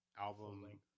album